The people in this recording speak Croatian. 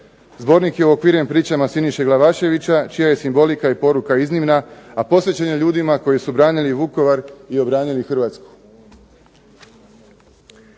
Zbornik je uokviren pričama Siniše Glavaševića čija je poruka i simbolika iznimna, a posvećen je ljudima koji su branili Vukovar i obranili Hrvatsku.